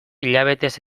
hilabetez